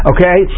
Okay